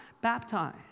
Baptize